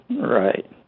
right